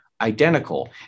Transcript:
identical